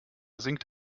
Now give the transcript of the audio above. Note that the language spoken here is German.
singt